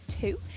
two